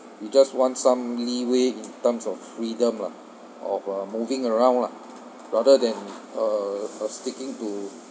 we just want some leeway in terms of freedom lah of uh moving around lah rather than uh uh sticking to